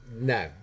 No